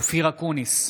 אופיר אקוניס,